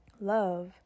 Love